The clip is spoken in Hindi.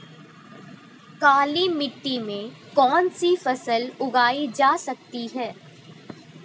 काली मिट्टी में कौनसी फसल उगाई जा सकती है?